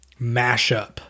mashup